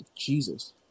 Jesus